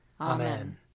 Amen